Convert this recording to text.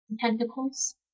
Tentacles